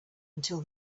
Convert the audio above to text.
until